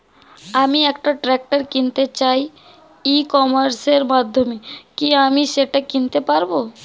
আমি একটা ট্রাক্টর কিনতে চাই ই কমার্সের মাধ্যমে কি আমি সেটা কিনতে পারব?